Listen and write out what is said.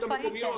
איפה הייתם?